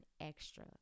extra